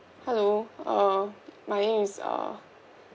hello uh my name is uh